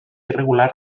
irregular